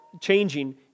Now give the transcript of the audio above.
changing